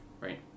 right